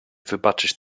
wybaczyć